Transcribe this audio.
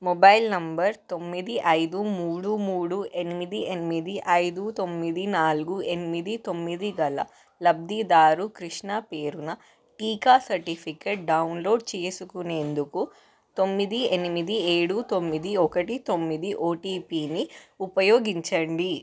mobile number తొమ్మిది ఐదు మూడు మూడు ఎనిమిది ఎనిమిది ఐదు తొమ్మిది నాలుగు ఎనిమిది తొమ్మిది గల లబ్ధిదారు కృష్ణా పేరున టీకా సర్టిఫికేట్ డౌన్లోడ్ చేసుకునేందుకు తొమ్మిది ఎనిమిది ఏడు తొమ్మిది ఒకటి తొమ్మిది ఓటిపిని ఉపయోగించండి